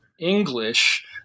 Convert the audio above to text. English